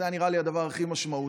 זה היה נראה לי הדבר הכי משמעותי.